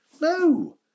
No